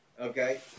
Okay